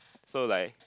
so like